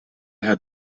had